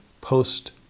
post